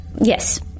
Yes